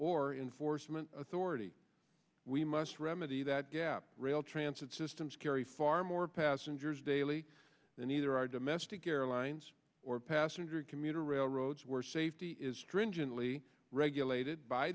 or in forstmann authority we must remedy that gap rail transit systems carry far more passengers daily than either our domestic airlines or passenger commuter railroads were safety is stringently regulated by